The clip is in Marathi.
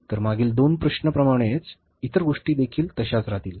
तर मागील दोन प्रश्न प्रमाणेच इतर गोष्टी देखील तशाच राहतील